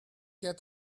get